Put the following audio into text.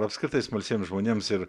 apskritai smalsiem žmonėms ir